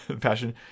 Passion